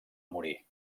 morir